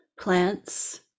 plants